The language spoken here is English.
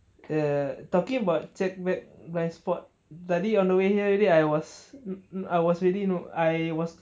err talking about check back blind spot tadi on the way here already I was I was really know I was